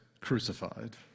crucified